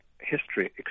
history